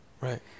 Right